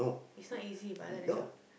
it's not easy but I like the job